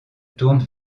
tourne